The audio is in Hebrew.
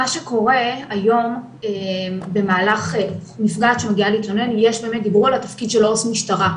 מה שקורה היום נפגעת שמגיעה להתלונן דיברו על תפקיד של העו"ס משטרה,